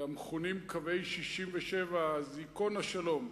למכונים קווי 67', אז ייכון השלום?